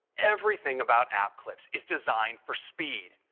everything about app clips is designed for speed.